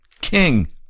king